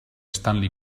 stanley